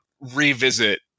revisit